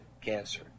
cancer